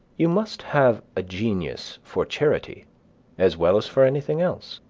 you must have a genius for charity as well as for anything else.